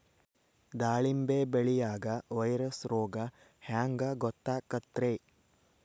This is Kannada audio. ದಾಳಿಂಬಿ ಬೆಳಿಯಾಗ ವೈರಸ್ ರೋಗ ಹ್ಯಾಂಗ ಗೊತ್ತಾಕ್ಕತ್ರೇ?